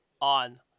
on